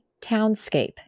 Townscape